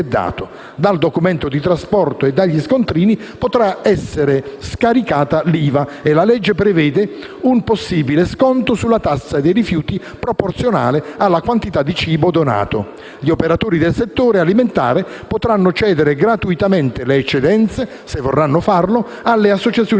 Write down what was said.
Dal documento di trasporto e dagli scontrini potrà essere scaricata l'IVA e la legge prevede un possibile sconto sulla tassa dei rifiuti, proporzionale alla quantità di cibo donato. Gli operatori del settore alimentare potranno cedere gratuitamente le eccedenze, se vorranno farlo, alle associazioni di